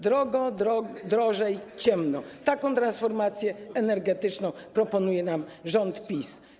Drogo, drożej, ciemno - taką transformację energetyczną proponuje rząd PiS.